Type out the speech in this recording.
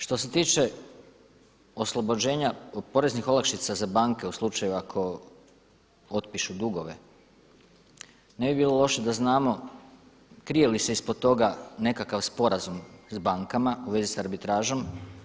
Što se tiče oslobođenje poreznih olakšica za banke u slučaju ako otpišu dugove, ne bi bilo loše da znamo krije li se ispod toga nekakav sporazum s bankama u vezi s arbitražom.